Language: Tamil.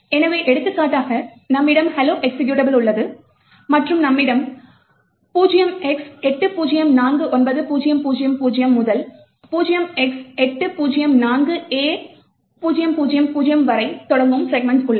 எனவே எடுத்துக்காட்டாக நம்மிடம் hello எக்சிகியூட்டபிள் உள்ளது மற்றும் நம்மிடம் 0x8049000 முதல் 0x804a000 வரை தொடங்கும் செக்மென்ட்ஸ் உள்ளன